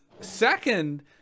second